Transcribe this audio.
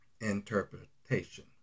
interpretation